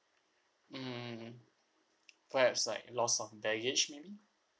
mm perhaps like loss of baggage maybe